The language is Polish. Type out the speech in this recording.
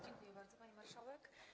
Dziękuję bardzo, pani marszałek.